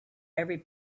every